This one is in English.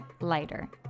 lighter